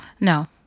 No